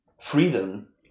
freedom